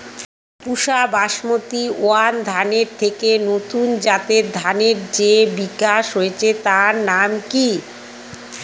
পুসা basmati one ধানের থেকে নতুন জাতের ধানের যে বিকাশ হয়েছে তার নাম কি?